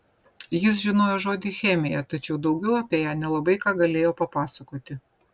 jis žinojo žodį chemija tačiau daugiau apie ją nelabai ką galėjo papasakoti